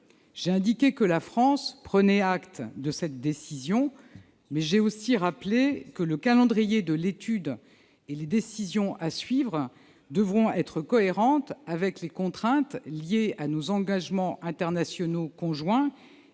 J'ai indiqué que la France prenait acte de cette décision, mais j'ai aussi rappelé que le calendrier de l'étude et les décisions à suivre devront être cohérents avec les contraintes liées à nos engagements internationaux conjoints,